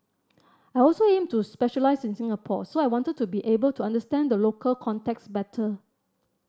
I also aim to specialise in Singapore so I wanted to be able to understand the local context better